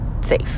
safe